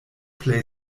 plej